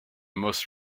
most